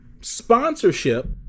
sponsorship